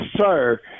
sir